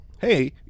hey